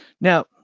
Now